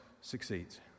succeeds